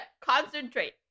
concentrate